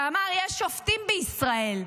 שאמר: יש שופטים בישראל,